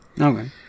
Okay